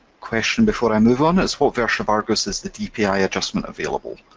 question before i move on, is what version of argos is the dpi adjustment available?